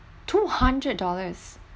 two hundred dollars